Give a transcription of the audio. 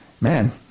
man